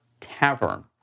Tavern